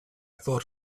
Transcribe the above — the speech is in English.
thought